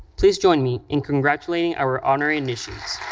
please join me in congratulating our honor initiates.